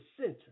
center